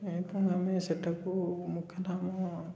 ଏଇ ପାଇଁ ଆମେ ସେଠାକୁ ମୁଖ୍ୟତଃ ଆମ